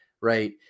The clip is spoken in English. right